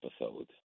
episode